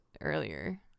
earlier